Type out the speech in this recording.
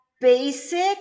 basic